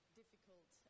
difficult